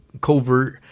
covert